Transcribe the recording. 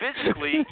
physically